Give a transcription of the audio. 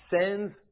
sends